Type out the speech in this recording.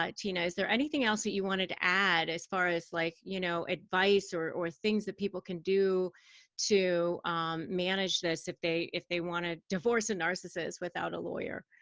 um tina, is there anything else that you wanted to add as far as like you know advice or or things that people can do to manage this if they if they want to divorce a narcissist without a lawyer?